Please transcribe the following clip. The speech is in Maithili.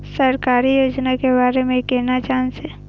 सरकारी योजना के बारे में केना जान से?